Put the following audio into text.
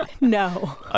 No